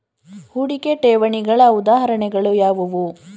ಹೂಡಿಕೆ ಠೇವಣಿಗಳ ಉದಾಹರಣೆಗಳು ಯಾವುವು?